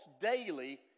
daily